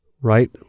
right